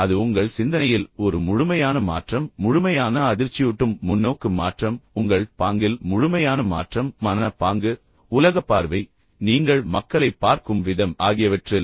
அது உங்கள் சிந்தனையில் ஒரு முழுமையான மாற்றம் முழுமையான அதிர்ச்சியூட்டும் முன்னோக்கு மாற்றம் உங்கள் பாங்கில் முழுமையான மாற்றம் மன பாங்கு உலக பார்வை நீங்கள் மக்களைப் பார்க்கும் விதம் ஆகியவற்றில்